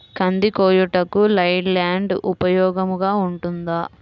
కంది కోయుటకు లై ల్యాండ్ ఉపయోగముగా ఉంటుందా?